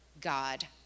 God